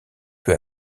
peu